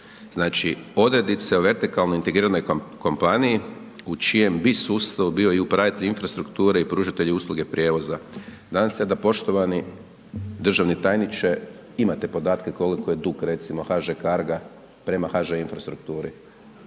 znači, odrednice u vertikalno integriranoj kompaniji u čijem bi sustavu bio i upravitelj infrastrukture i pružatelj usluge prijevoza. Nadam se da poštovani državni tajniče imate podatke koliko je dug, recimo, HŽ carga prema HŽ infrastrukturi,